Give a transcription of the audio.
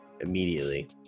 immediately